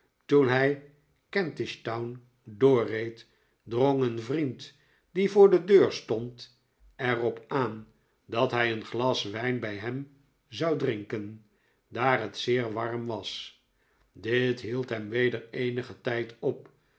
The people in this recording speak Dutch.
toen hij kentishtown doorreed drong een vriend die voor de deur stond er op aan dat hij een glas wijn bij hem zou drinken daar het zeer warm was dit hield hem weder eenigen tijd op